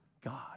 God